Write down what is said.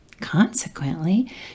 Consequently